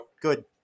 Good